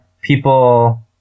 people